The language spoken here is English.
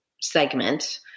segment